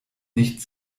nicht